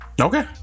okay